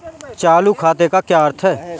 चालू खाते का क्या अर्थ है?